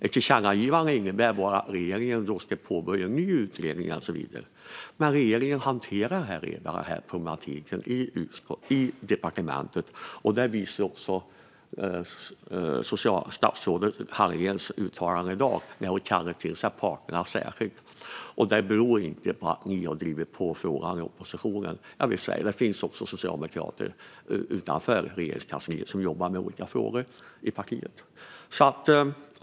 Ett tillkännagivande innebär bara att regeringen ska påbörja en ny utredning, men regeringen hanterar redan denna problematik i departementet. Det visar också statsrådet Hallengrens uttalande i dag när hon särskilt kallar till sig parterna. Det här beror inte på att ni i oppositionen har drivit på i frågan. Det finns också socialdemokrater utanför Regeringskansliet som jobbar med olika frågor i partiet.